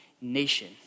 nation